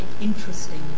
interesting